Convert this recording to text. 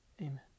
amen